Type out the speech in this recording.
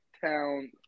town